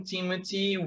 Timothy